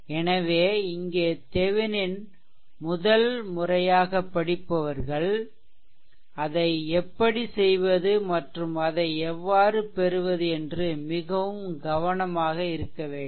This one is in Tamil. எனவே இங்கே தெவெனின் முதல் முறையாகப் படிப்பவர்கள் அதை எப்படி செய்வது மற்றும் அதை எவ்வாறு பெறுவது என்று மிகவும் கவனமாக இருக்க வேண்டும்